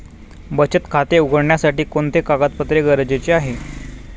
बचत खाते उघडण्यासाठी कोणते कागदपत्रे गरजेचे आहे?